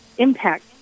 impact